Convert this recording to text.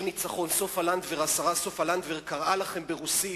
ניצחון שהשרה סופה לנדבר קראה לכם ברוסית.